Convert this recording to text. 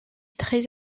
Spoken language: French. très